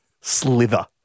slither